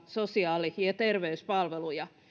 sosiaali ja terveyspalveluja